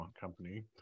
company